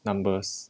numbers